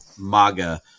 MAGA